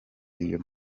iyo